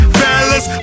fellas